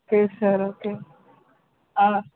okay sir okay